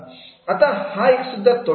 आता हा सुद्धा एक तोटाच आहे